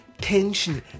tension